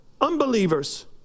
Unbelievers